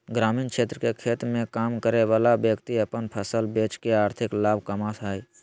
ग्रामीण क्षेत्र के खेत मे काम करय वला व्यक्ति अपन फसल बेच के आर्थिक लाभ कमाबय हय